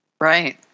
right